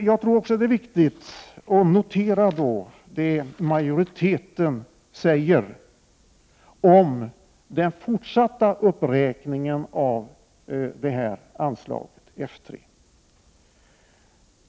Jag tror också att det är viktigt att notera vad utskottsmajoriteten säger om den fortsatta uppräkningen av anslaget F 3.